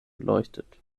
beleuchtet